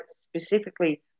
specifically